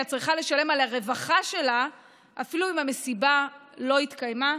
צריכה לשלם על הרווחה שלה אפילו אם המסיבה לא התקיימה?